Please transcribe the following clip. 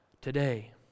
today